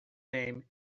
name